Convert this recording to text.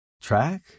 Track